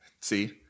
See